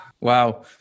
Wow